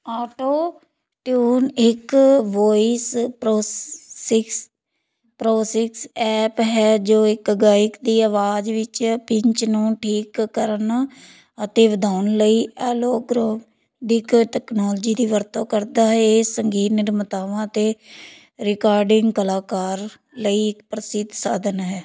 auto tune ਇੱਕ voice ਪ੍ਰੋਸਿਸਕ ਪ੍ਰੋਸਿਕਸ ਐਪ ਹੈ ਜੋ ਇੱਕ ਗਾਇਕ ਦੀ ਆਵਾਜ਼ ਵਿੱਚ ਪਿੰਚ ਨੂੰ ਠੀਕ ਕਰਨ ਅਤੇ ਵਧਾਉਣ ਲਈ ਅਲੋਕਰੋ ਦੀ ਟੈਕਨੋਲਜੀ ਦੀ ਵਰਤੋਂ ਕਰਦਾ ਹੈ ਇਹ ਸੰਗੀਤ ਨਿਰਮਾਤਾਵਾਂ ਅਤੇ ਰਿਕਾਰਡਿੰਗ ਕਲਾਕਾਰ ਲਈ ਪ੍ਰਸਿੱਧ ਸਾਧਨ ਹੈ